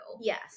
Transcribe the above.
Yes